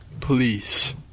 please